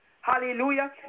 Hallelujah